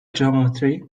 geometry